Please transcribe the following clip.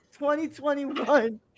2021